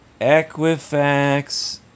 Equifax